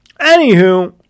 anywho